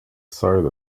site